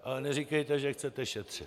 Ale neříkejte, že chcete šetřit.